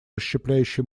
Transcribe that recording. расщепляющийся